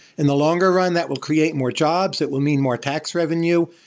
in the longer run, that will create more jobs. it will mean more tax revenue.